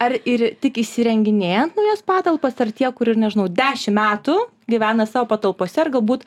ar ir tik įsirenginėjant naujas patalpas ar tie kur ir nežinau dešim metų gyvena savo patalpose ar galbūt